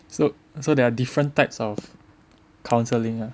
so so there are different types of counselling lah